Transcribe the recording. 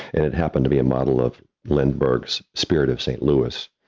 and it happened to be a model of lindbergh's spirit of st. louis.